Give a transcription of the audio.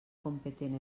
competent